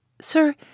Sir